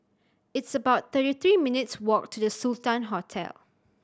it's about thirty three minutes' walk to The Sultan Hotel